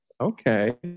Okay